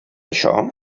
això